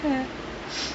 mmhmm